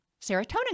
serotonin